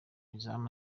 izamu